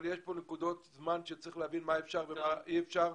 אבל יש פה נקודות זמן שצריך להבין מה אפשר ומה אי אפשר.